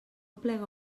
plega